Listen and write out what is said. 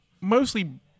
mostly